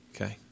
Okay